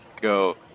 go